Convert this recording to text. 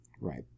Right